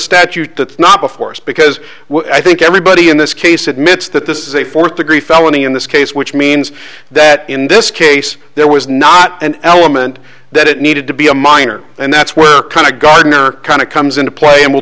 statute that's not a force because i think everybody in this case admits that this is a fourth degree felony in this case which means that in this case there was not an element that it needed to be a minor and that's where kind of gardener kind of comes into play and we'll